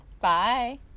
Bye